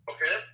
Okay